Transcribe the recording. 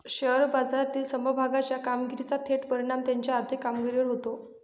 share बाजारातील समभागाच्या कामगिरीचा थेट परिणाम त्याच्या आर्थिक कामगिरीवर होतो